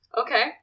Okay